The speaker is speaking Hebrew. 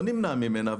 לא נמנע ממנה.